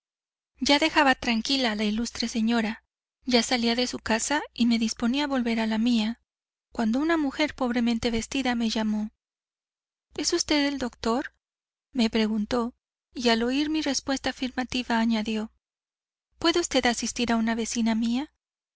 ya dejaba tranquila a la ilustre señora ya salía de su casa y me disponía a volver a la mía cuando una mujer pobremente vestida me llamó es usted el doctor me preguntó y al oír mi respuesta afirmativa añadió puede usted asistir a una vecina mía